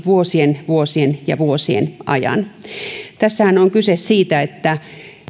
vuosien vuosien ja vuosien ajan tässähän on kyse siitä että